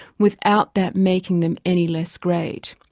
without that making them any less great.